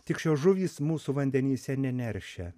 tik šios žuvys mūsų vandenyse neneršia